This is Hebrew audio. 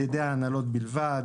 על ידי ההנהלות בלבד,